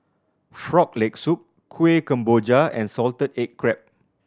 Frog Leg Soup Kuih Kemboja and salted egg crab